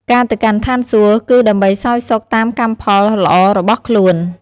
ការទៅកាន់ឋានសួគ៌ គឺដើម្បីសោយសុខតាមកម្មផលល្អរបស់ខ្លួន។